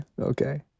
Okay